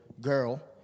girl